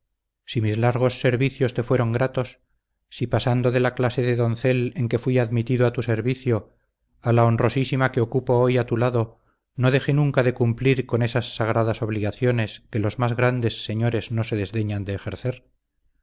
si mis largos servicios te fueron gratos si pasando de la clase de doncel en que fui admitido a tu servicio a la honrosísima que ocupo hoy a tu lado no dejé nunca de cumplir con esas sagradas obligaciones que los más grandes señores no se desdeñan de ejercer